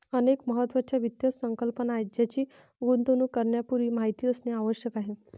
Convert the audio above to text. अनेक महत्त्वाच्या वित्त संकल्पना आहेत ज्यांची गुंतवणूक करण्यापूर्वी माहिती असणे आवश्यक आहे